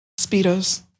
Speedos